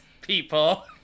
people